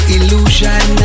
Illusion